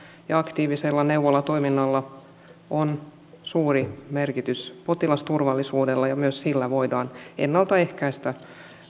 ja aktiivisella neuvolatoiminnalla on suuri merkitys potilasturvallisuudelle ja myös sillä voidaan ennalta ehkäistä